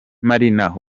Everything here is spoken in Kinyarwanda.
marina